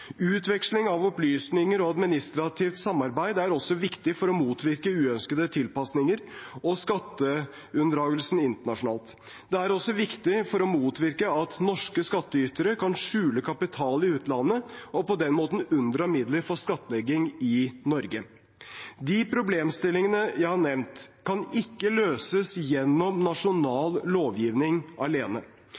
Utveksling av opplysninger og administrativt samarbeid er også viktig for å motvirke uønskede tilpasninger og skatteunndragelser internasjonalt. Det er også viktig for å motvirke at norske skattytere kan skjule kapital i utlandet og på den måten unndra midler fra skattlegging i Norge. De problemstillingene jeg har nevnt, kan ikke løses gjennom nasjonal lovgivning alene.